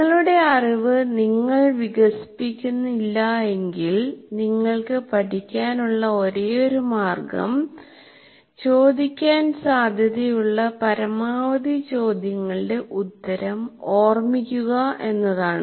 നിങ്ങളുടെ അറിവ് നിങ്ങൾ വികസിപ്പിക്കുന്നില്ല എങ്കിൽ നിങ്ങൾക്ക് പഠിക്കാനുള്ള ഒരേയൊരു മാർഗ്ഗം ചോദിക്കാൻ സാധ്യതയുള്ള പരമാവധി ചോദ്യങ്ങളുടെ ഉത്തരം ഓർമിക്കുക എന്നതാണ്